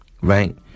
Right